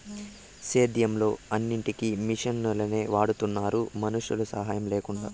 సేద్యంలో అన్నిటికీ మిషనులే వాడుతున్నారు మనుషుల సాహాయం లేకుండా